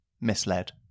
misled